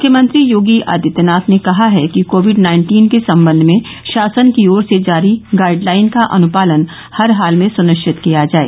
मुख्यमंत्री योगी आदित्यनाथ ने कहा है कि कोविड नाइन्टीन के सम्बन्ध में शासन की ओर से जारी गाइड लाइन का अनुपालन हर हाल में सुनिश्चित किया जाय